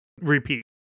repeat